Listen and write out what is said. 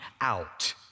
out